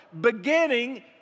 beginning